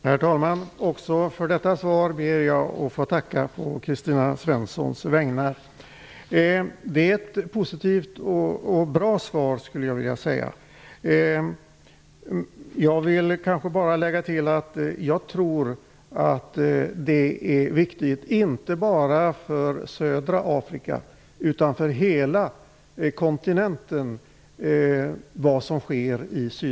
Herr talman! Även för detta svar ber jag att få tacka å Kristina Svenssons vägnar. Det är ett positivt och bra svar. Jag vill bara lägga till att jag tror att det som sker i Sydafrika är viktigt inte bara för södra Afrika utan för hela kontinenten.